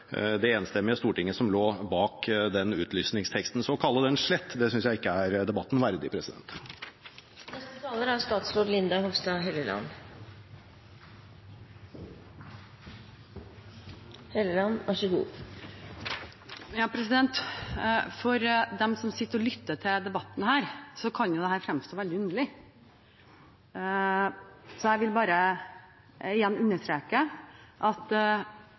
var et enstemmig storting som sto bak den utlysningsteksten. Å kalle den slett synes jeg ikke er debatten verdig. For dem som sitter og lytter til denne debatten, kan dette fremstå veldig underlig, så jeg vil bare igjen understreke at